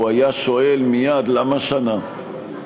הוא היה שואל מייד: למה שנה?